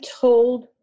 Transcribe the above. told